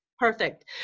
Perfect